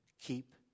keep